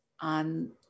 on